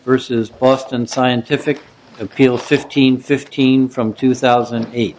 versus austin scientific appeal fifteen fifteen from two thousand and eight